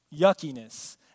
yuckiness